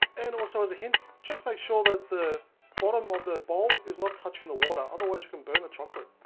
and also as a hint just make sure the bottom of the bowl is not touching the water other wise you can burn the chocolate.